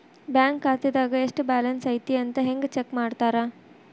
bank ಖಾತೆದಾಗ ಎಷ್ಟ balance ಐತಿ ಅಂತ ಹೆಂಗ ಚೆಕ್ ಮಾಡ್ತಾರಾ